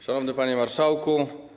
Szanowny Panie Marszałku!